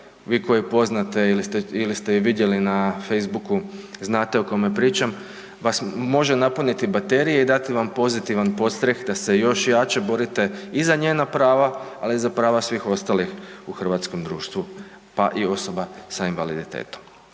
vi koji je poznate ili ste je vidjeli na Facebooku znate o kome pričam može napuniti baterije i dati vam pozitivan podstrek da se još jače borite i za njena prava, ali i za prava svih ostalih u hrvatskom društvu, pa i osoba s invaliditetom.